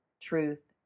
Truth